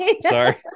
Sorry